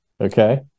okay